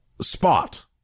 spot